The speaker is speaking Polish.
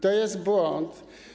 To jest błąd.